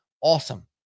awesome